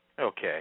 Okay